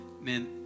Man